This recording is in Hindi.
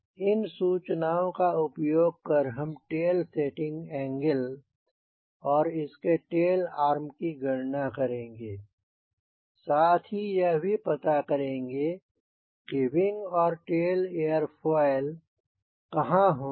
इन सूचनाओं का उपयोग कर हम टेल सेटिंग एंगल और इसके टेल आर्म की गणना करेंगे साथ ही यह भी पता करेंगे कि विंग और टेल एरफोइल कहाँ होंगे